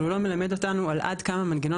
אבל הוא לא מלמד אותנו על עד כמה מנגנון